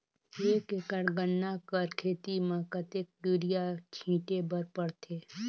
एक एकड़ गन्ना कर खेती म कतेक युरिया छिंटे बर पड़थे?